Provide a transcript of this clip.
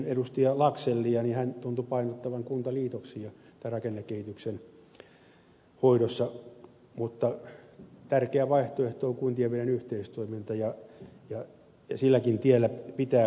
laxellia niin hän tuntui painottavan kuntaliitoksia tämän rakennekehityksen hoidossa mutta tärkeä vaihtoehto on kuntien välinen yhteistoiminta ja silläkin tiellä pitää voida edetä